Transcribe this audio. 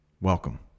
welcome